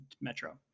Metro